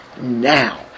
Now